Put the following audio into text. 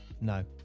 no